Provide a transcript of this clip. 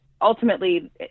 ultimately